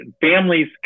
families